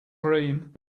cream